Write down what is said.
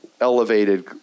elevated